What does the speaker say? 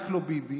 רק לא ביבי,